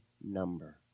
number